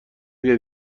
بیا